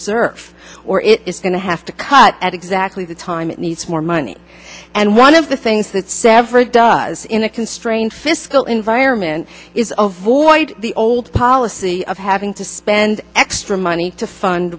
reserve or it is going to have to cut at exactly the time it needs more money and one of the things that severs does in a constrained fiscal environment is a void the old policy of having to spend extra money to fund